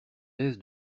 aise